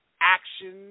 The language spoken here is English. action